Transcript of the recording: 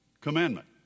commandment